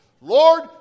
Lord